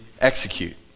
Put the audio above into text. execute